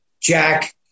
Jack